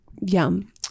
yum